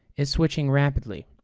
is switching rapidly.